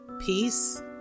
peace